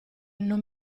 non